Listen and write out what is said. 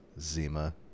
Zima